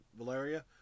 Valeria